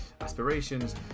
aspirations